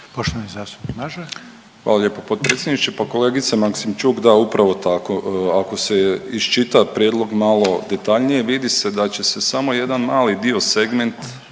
Nikola (HDZ)** Hvala lijepo potpredsjedniče. Pa kolegice Maksimčuk upravo tako, ako se iščita prijedlog malo detaljnije vidi se da će se samo jedan mali dio segment